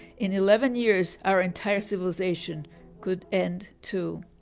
in eleven years, our entire civilization could end too.